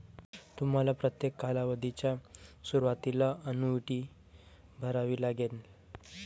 तुम्हाला प्रत्येक कालावधीच्या सुरुवातीला अन्नुईटी भरावी लागेल